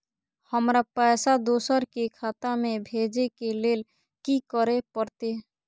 हमरा पैसा दोसर के खाता में भेजे के लेल की करे परते?